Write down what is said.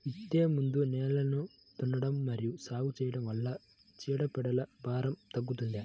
విత్తే ముందు నేలను దున్నడం మరియు సాగు చేయడం వల్ల చీడపీడల భారం తగ్గుతుందా?